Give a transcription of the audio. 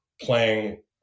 playing